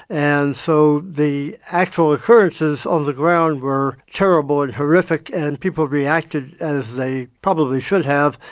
and so the actual occurrences on the ground were terrible and horrific and people reacted as they probably should have,